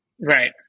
Right